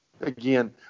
again